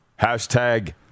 Hashtag